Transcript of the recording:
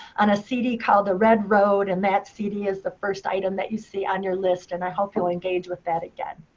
on a cd called the red road, and that cd is the first item that you see on your list. and i hope you'll engage with that again.